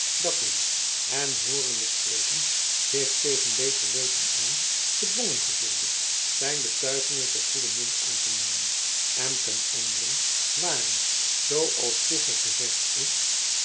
dat men hem hoorende spreken zich tegen beter weten aan gedwongen gevoelde zijn betuigingen voor goede munt aan te nemen en ten anderen waren zooals vroeger gezegd is